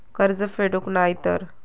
कर्ज फेडूक नाय तर?